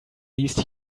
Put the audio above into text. least